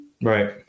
Right